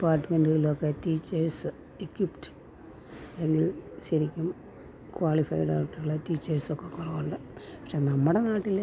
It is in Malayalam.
ഡിപ്പാർട്മെൻറ്റുകളിലൊക്കെ ടീച്ചേർസ് എക്വിപ്റ്റ് അല്ലെങ്കിൽ ശരിക്കും ക്വാളിഫൈഡ് ആയിട്ടുള്ള ടീച്ചേർസൊക്കെ കുറവുണ്ട് പക്ഷേ നമ്മുടെ നാട്ടിൽ